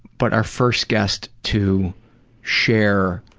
but our first guest to share